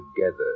together